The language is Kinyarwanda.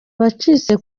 wacitse